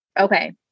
Okay